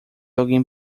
alguém